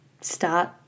start